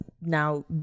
now